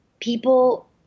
people